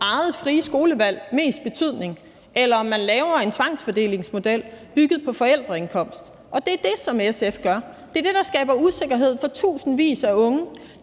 eget frie skolevalg mest betydning, eller om man laver en tvangsfordelingsmodel bygget på forældreindkomst, og det er det, som SF gør. Det er det, der skaber usikkerhed for tusindvis af unge,